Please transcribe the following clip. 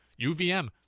UVM